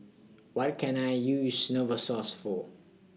What Can I use Novosource For